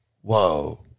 Whoa